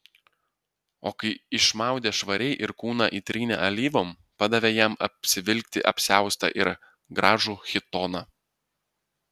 o kai išmaudė švariai ir kūną įtrynė alyvom padavė jam apsivilkti apsiaustą ir gražų chitoną